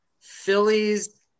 Phillies